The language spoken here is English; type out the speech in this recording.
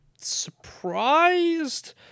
surprised